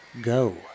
go